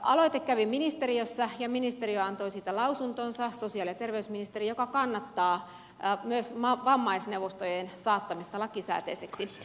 aloite kävi ministeriössä ja sosiaali ja terveysministeriö antoi siitä lausuntonsa joka kannattaa myös vammaisneuvostojen saattamista lakisääteisiksi